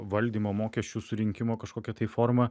valdymo mokesčių surinkimo kažkokia tai forma